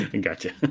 Gotcha